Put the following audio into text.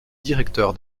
directeur